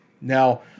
Now